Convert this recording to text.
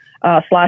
slash